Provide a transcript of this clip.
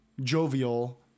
jovial